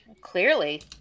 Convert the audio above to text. Clearly